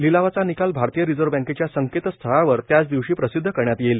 लिलावाचा निकाल भारतीय रिझर्व्ह बँकेच्या संकेतस्थळावर त्याच दिवशी प्रसिदध करण्यात येईल